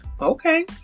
Okay